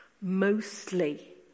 mostly